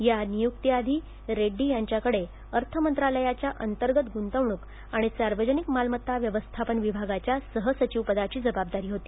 या नियुक्तीआधी रेड्डी यांच्याकडे अर्थ मंत्रालयाच्या अंतर्गत गुंतवणूक आणि सार्वजनिक मालमत्ता व्यवस्थापन विभागाच्या सहसचिवपदाची जबाबदारी होती